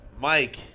Mike